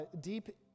deep